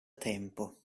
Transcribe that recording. tempo